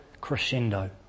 crescendo